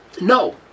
No